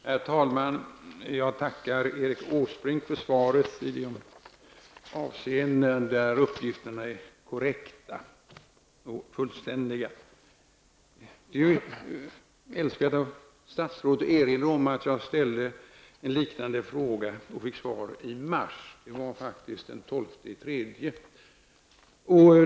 Herr talman! Jag tackar Erik Åsbrink för svaret i de avseenden där uppgifterna är korrekta och fullständiga. Älskvärt erinrar statsrådet om att jag ställde en liknande fråga och fick svar i mars, det var faktiskt den 12 mars.